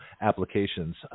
applications